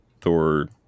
thor